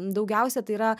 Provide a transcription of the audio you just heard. daugiausia tai yra